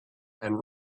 and